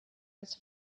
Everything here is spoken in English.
its